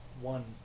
one